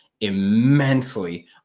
immensely